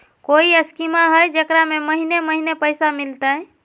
कोइ स्कीमा हय, जेकरा में महीने महीने पैसा मिलते?